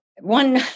one